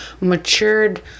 matured